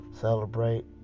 celebrate